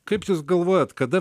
kaip jūs galvojat kada